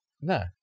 No